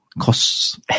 costs